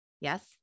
Yes